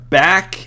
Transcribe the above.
back